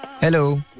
Hello